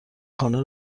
خانه